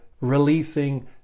releasing